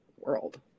world